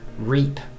reap